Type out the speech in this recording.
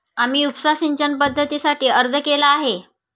आम्ही उपसा सिंचन पद्धतीसाठी अर्ज केला आहे